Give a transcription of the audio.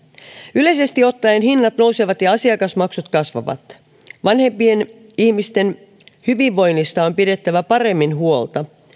yleisesti ottaen hinnat nousevat ja asiakasmaksut kasvavat vanhempien ihmisten hyvinvoinnista on pidettävä paremmin huolta